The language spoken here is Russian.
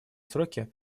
сроки